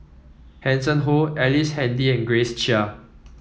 Hanson Ho Ellice Handy and Grace Chia